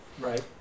Right